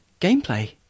gameplay